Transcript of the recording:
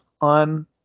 on